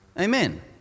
Amen